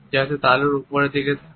যাতে তালু উপরের দিকে থাকে